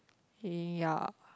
eh ya